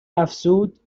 افزود